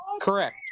Correct